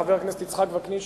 חבר הכנסת יצחק וקנין,